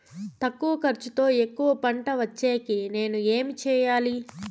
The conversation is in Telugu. తక్కువ ఖర్చుతో ఎక్కువగా పంట వచ్చేకి నేను ఏమి చేయాలి?